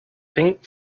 pink